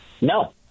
No